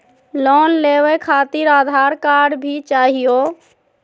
Loan लेवे खातिरआधार card भी चाहियो?